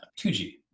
2G